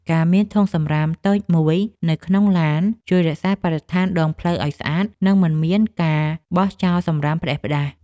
ការមានធុងសំរាមតូចមួយនៅក្នុងឡានជួយរក្សាបរិស្ថានដងផ្លូវឱ្យស្អាត និងមិនមានការបោះចោលសំរាមផ្ដេសផ្ដាស។